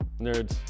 Nerds